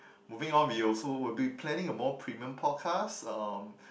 moving on we also will be planning a more premium podcast um